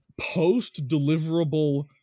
post-deliverable